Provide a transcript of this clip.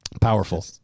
Powerful